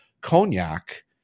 cognac